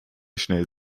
schnell